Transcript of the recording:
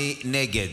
מי נגד?